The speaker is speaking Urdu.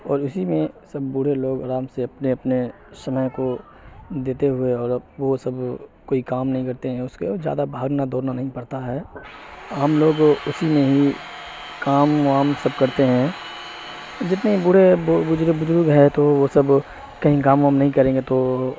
اور اسی میں سب بوڑے لوگ آرام سے اپنے اپنے سمے کو دیتے ہوئے اور اب وہ سب کوئی کام نہیں کرتے ہیں اس کے جادہ بھاگنا دورنا نہیں پڑتا ہے ہم لوگ اسی میں ہی کام وام سب کرتے ہیں جتنے بوڑے بج بجرگ ہے تو وہ سب کہیں کام وام نہیں کریں گے تو